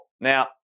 Now